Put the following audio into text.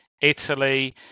Italy